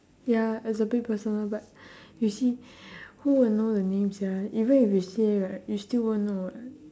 ya is a bit personal but you see who will know your name sia even if you say right you still won't know [what]